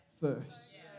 first